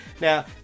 now